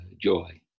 joy